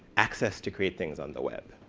access to great things on the web.